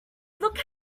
look